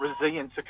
resilience